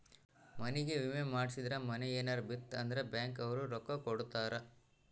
ಮನಿಗೇ ವಿಮೆ ಮಾಡ್ಸಿದ್ರ ಮನೇ ಯೆನರ ಬಿತ್ ಅಂದ್ರ ಬ್ಯಾಂಕ್ ಅವ್ರು ರೊಕ್ಕ ಕೋಡತರಾ